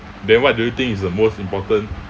then what do you think is the most important